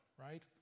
right